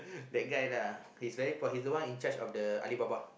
that guy lah he is very po~ he's the one in charge of the Alibaba